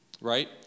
Right